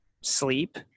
sleep